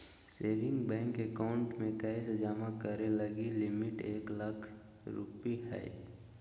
saving bank account में cash जमा करे लगी लिमिट एक लाख रु हइ